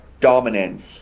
dominance